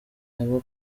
aba